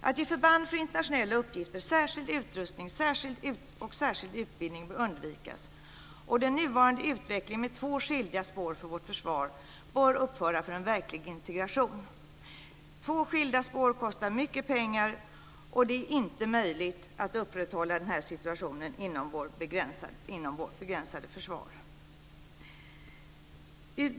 Att ge förband för internationella uppgifter särskild utrustning och särskild utbildning bör undvikas, och den nuvarande utvecklingen med två skilda spår för vårt försvar bör upphöra till förmån för en verklig integration. Två skilda spår kostar mycket pengar, och det är inte möjligt att upprätthålla den här situationen inom vårt begränsade försvar.